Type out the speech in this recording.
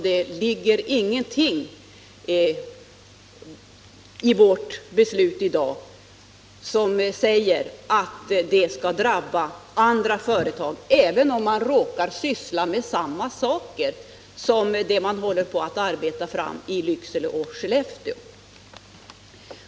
Det finns ingenting i förslaget som säger att andra företag skall drabbas, även om de råkar syssla med samma saker som det man håller på att 51 arbeta fram i Lycksele och Skellefteå.